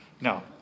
No